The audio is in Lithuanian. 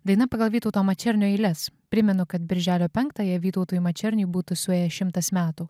daina pagal vytauto mačernio eiles primenu kad birželio penktąją vytautui mačerniui būtų suėję šimtas metų